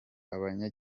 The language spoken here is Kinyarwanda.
abanya